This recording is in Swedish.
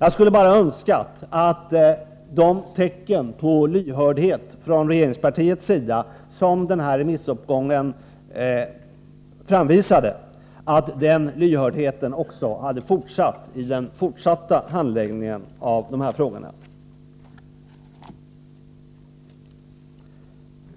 Jag skulle bara önskat att den lyhördhet från regeringspartiets sida som remissomgången framvisade hade funnits kvar vid den fortsatta handläggningen.